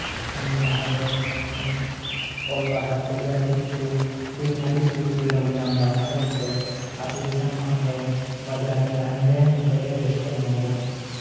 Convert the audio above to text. ᱡᱟᱦᱟᱸ ᱫᱚ ᱚᱞ ᱯᱟᱲᱦᱟᱣ ᱛᱷᱮᱠᱮ ᱟᱹᱰᱤ ᱠᱤᱪᱷᱩ ᱦᱤᱱᱟᱹ ᱱᱤᱭᱹ ᱟᱹᱰᱤ ᱥᱩᱚᱜ ᱥᱩᱵᱤᱫᱷᱟ ᱵᱚᱱ ᱧᱟᱢᱫᱟ ᱚᱱᱟ ᱠᱷᱟᱛᱤᱨᱛᱮ ᱟᱛᱳ ᱫᱤᱥᱚᱢ ᱠᱷᱚᱱ ᱫᱚ ᱵᱟᱡᱟᱨ ᱨᱮ ᱛᱟᱦᱮᱱ ᱜᱮ ᱡᱚᱛᱚ ᱜᱮ ᱵᱮᱥᱴ ᱠᱚ ᱢᱚᱱᱮᱭ ᱫᱟ